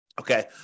okay